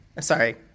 Sorry